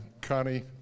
connie